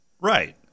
Right